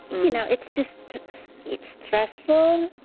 you know, it's just it's it's stressful.